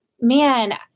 man